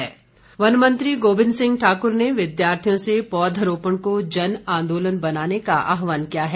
गोविंद सिंह वन मंत्री गोविंद सिंह ठाकुर ने विद्यार्थियों से पौधरोपण को जनआंदोलन बनाने का आहवान किया है